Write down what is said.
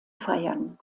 feiern